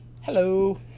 Hello